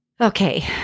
Okay